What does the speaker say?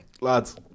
lads